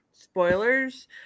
spoilers